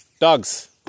dogs